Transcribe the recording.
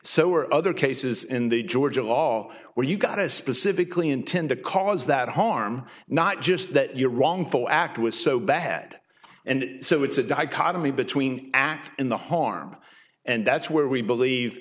so are other cases in the georgia law where you've got to specifically intend to cause that harm not just that your wrongful act was so bad and so it's a dichotomy between act in the harm and that's where we